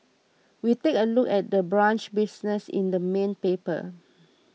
we take a look at the brunch business in the main paper